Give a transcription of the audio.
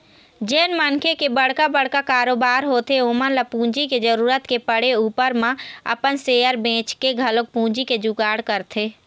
जेन मनखे के बड़का बड़का कारोबार होथे ओमन ल पूंजी के जरुरत के पड़े ऊपर म अपन सेयर बेंचके घलोक पूंजी के जुगाड़ करथे